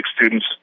students